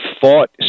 fought